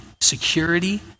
security